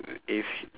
if